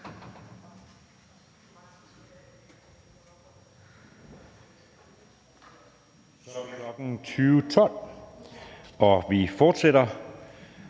den kl. 20.12, og vi fortsætter.